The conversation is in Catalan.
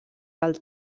del